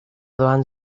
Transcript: doan